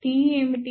T ఏమిటి